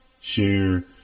share